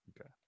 Okay